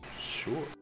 Sure